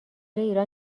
ایران